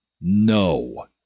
No